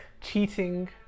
cheating